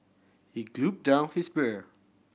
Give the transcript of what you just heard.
he gulp down his beer